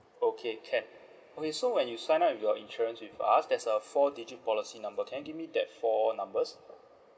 okay can okay so when you signed up with your insurance with us there's a four digit policy number can you give me that four numbers